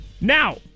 Now